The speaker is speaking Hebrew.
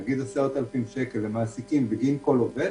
נניח 10,000 שקל למעסיקים בגין כל עובד,